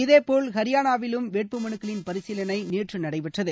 இதேபோல் ஹரியானாவிலும் வேட்பு மனுக்களின் பரிசீலனை நேற்று நடைபெற்றது